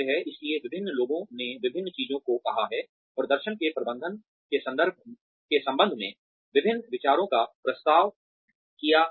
इसलिए विभिन्न लोगों ने विभिन्न चीजों को कहा है प्रदर्शन के प्रबंधन के संबंध में विभिन्न विचारों का प्रस्ताव किया है